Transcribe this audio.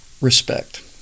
respect